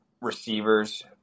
receivers –